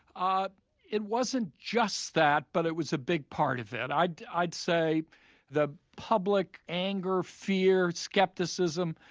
ah it wasn't just that, but it was a big part of it. i'd i'd say the public anger, fear, skepticism,